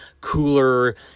cooler